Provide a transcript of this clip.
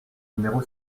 numéro